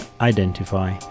identify